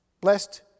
Blessed